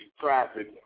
traffic